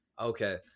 okay